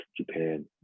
Japan